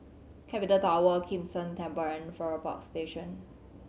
Capital Tower Kim San Temple and Farrer Park Station